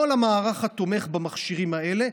כל המערך התומך במכשירים האלה.